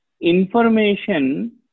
information